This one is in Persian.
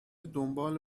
دنباله